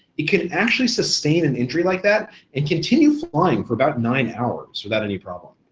it can actually sustain an injury like that and continue flying for about nine hours without any problem.